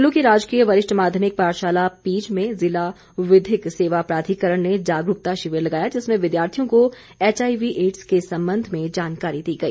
कुल्लू की राजकीय वरिष्ठ माध्यमिक पाठशाला पीज में जिला विधिक सेवा प्राधिकरण ने जागरूकता शिविर लगाया जिसमें विद्यार्थियों को एचआईवी एड्स के संबंध में जानकारी दी गई